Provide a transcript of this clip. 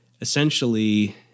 Essentially